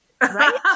Right